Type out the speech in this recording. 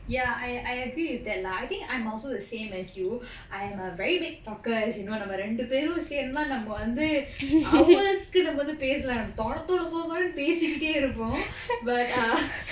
ya I I agree with that lah I think I'm also the same as you I am a very big talker as you know நம்ம ரெண்டு பேரும் சேர்ந்லா நம்ம வந்து:namma rendu perum sernthla namma vanthu hours கு நம்ம வந்து பேசலாம் நம்ம தொன தொன தொன தொன தொனனு பேசிக்கிட்டே இருப்பம்:ku namma vanthu pesalam namma thona thona thona thona thonanu pesikkitte irupam but err